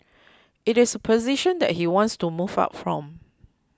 it is a position that he wants to move up from